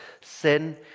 sin